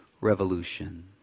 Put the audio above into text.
Revolution